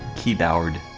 keybaord